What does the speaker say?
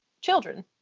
children